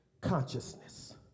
consciousness